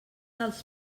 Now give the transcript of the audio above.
dels